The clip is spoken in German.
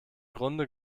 grunde